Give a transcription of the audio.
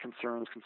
concerns